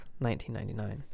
1999